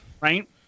Right